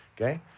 okay